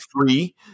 free